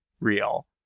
real